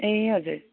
ए हजुर